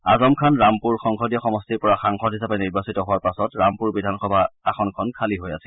আজম খান ৰামপুৰ সংসদীয় সমষ্টিৰ পৰা সাংসদ হিচাপে নিৰ্বাচিত হোৱাৰ পাচত ৰামপুৰ বিধানসভা আসনখন খালী হৈ আছিল